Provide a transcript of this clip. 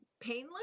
painless